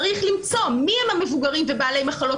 צריך למצוא מי הם המבוגרים ובעלי מחלות